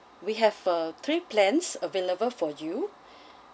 we have a three plans available for you